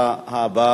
אתה הבא